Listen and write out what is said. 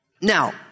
Now